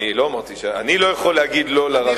אני לא יכול להגיד לא לרב ליצמן.